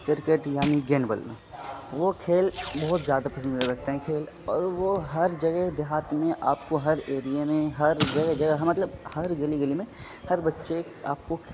cricket یعنی گیند بلا وہ کھیل بہت زیادہ پسند کر رکھتے ہیں کھیل اور وہ ہر جگہ دیہات میں آپ کو ہر ایریے میں ہر جگہ جگہ ہاں مطلب ہر گلی گلی میں ہر بچے آپ کو